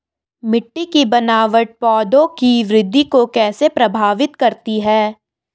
मिट्टी की बनावट पौधों की वृद्धि को कैसे प्रभावित करती है?